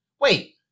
wait